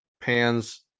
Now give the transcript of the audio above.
pans